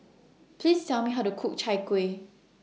Please Tell Me How to Cook Chai Kuih